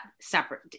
separate